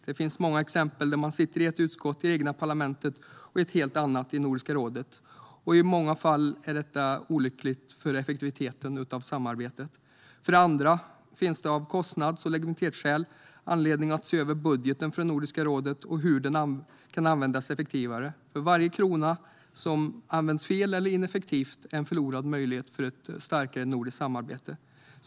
Det finns många exempel på där man sitter i ett utskott i det egna parlamentet och ett helt annat i Nordiska rådet, och i många fall är detta olyckligt för effektiviteten i samarbetet. För det andra finns det av kostnads och legitimitetsskäl anledning att se över budgeten för Nordiska rådet och hur den kan användas effektivare, eftersom varje krona som används fel eller ineffektivt är en förlorad möjlighet för ett starkare nordiskt samarbete.